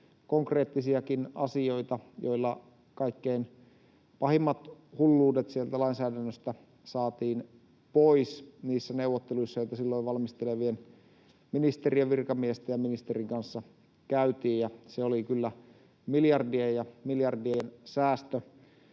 konkreettisiakin asioita, joilla kaikkein pahimmat hulluudet sieltä lainsäädännöstä saatiin pois niissä neuvotteluissa, joita silloin valmistelevien ministeriön virkamiesten ja ministerin kanssa käytiin, ja se oli kyllä miljardien ja miljardien säästö